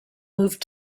moved